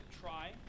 try